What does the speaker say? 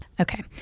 Okay